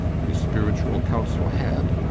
whose spiritual counsel had,